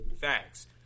Facts